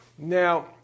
Now